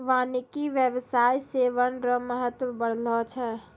वानिकी व्याबसाय से वन रो महत्व बढ़लो छै